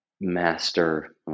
master